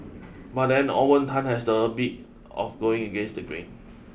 but then Owen Tan has this habit of going against the grain